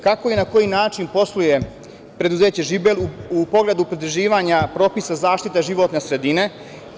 Kako i na koji način posluje preduzeće „Žibel“ u pogledu pridruživanja propisa zaštite životne sredine?